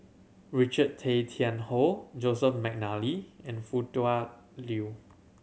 Richard Tay Tian Hoe Joseph McNally and Foo Tua Liew